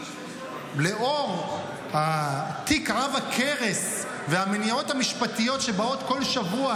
לאור התיק עב הכרס והמניעות המשפטיות שבאות כל שבוע,